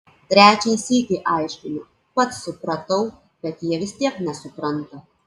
trečią sykį aiškinu pats supratau bet jie vis tiek nesupranta